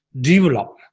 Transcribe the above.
develop